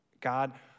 God